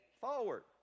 forward